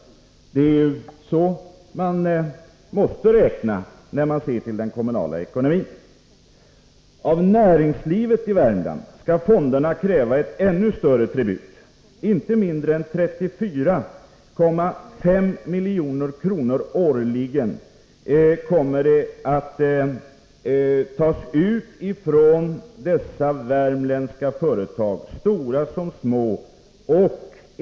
Det är ju så man måste räkna när man ser på den kommunala ekonomin. Av näringslivet i Värmland skall fonderna kräva en ännu större tribut. Inte mindre än 34,5 milj.kr. årligen kommer att tas ut från dessa värmländska företag — stora som små.